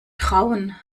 trauen